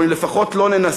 או אם לפחות לא ננסה,